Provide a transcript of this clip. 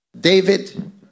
david